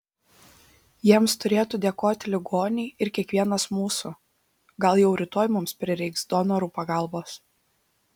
jiems turėtų dėkoti ligoniai ir kiekvienas mūsų gal jau rytoj mums prireiks donorų pagalbos